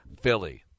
Philly